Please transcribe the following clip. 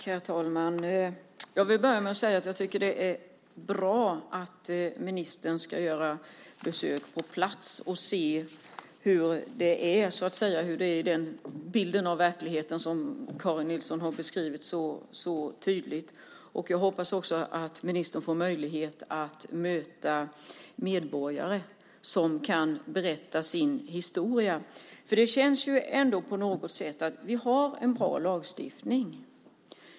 Herr talman! Jag vill börja med att säga att jag tycker att det är bra att ministern ska göra besök på plats och se hur det är i den verklighet som Karin Nilsson så tydligt har beskrivit. Jag hoppas också att ministern får möjlighet att möta medborgare som kan berätta sin historia. Det känns ändå på något sätt som att vi har en bra lagstiftning.